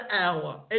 hour